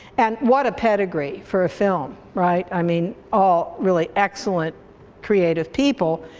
and what a pedigree for a film, right, i mean all really excellent creative people.